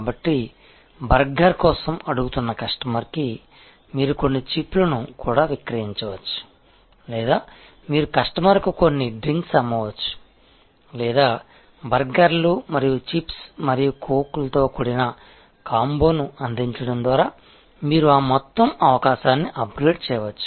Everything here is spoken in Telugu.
కాబట్టి బర్గర్ కోసం అడుగుతున్న కస్టమర్కి మీరు కొన్ని చిప్లను కూడా విక్రయించవచ్చు లేదా మీరు కస్టమర్కు కొన్ని డ్రింక్స్ అమ్మవచ్చు లేదా బర్గర్లు మరియు చిప్స్ మరియు కోక్లతో కూడిన కాంబోను అందించడం ద్వారా మీరు ఆ మొత్తం అవకాశాన్ని అప్గ్రేడ్ చేయవచ్చు